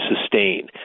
sustain